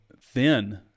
thin